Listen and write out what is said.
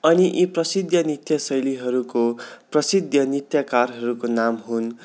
अनि यी प्रसिद्ध नृत्य शैलीहरूको प्रसिद्ध नृत्यकारहरूको नाम हुन्